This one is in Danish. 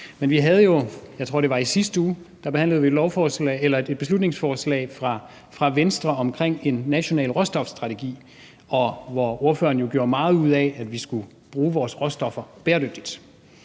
Men i sidste uge, tror jeg det var, behandlede vi et beslutningsforslag fra Venstre om en national råstofstrategi, og ordføreren gjorde meget ud af, at vi skulle bruge vores råstoffer bæredygtigt.